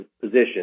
position